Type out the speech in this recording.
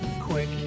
quick